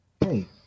hey